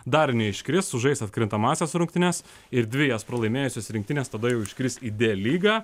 dar neiškris sužais atkrintamąsias rungtynes ir dvi jas pralaimėjusios rinktinės tada jau iškris į d lygą